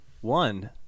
One